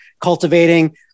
cultivating